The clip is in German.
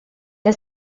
der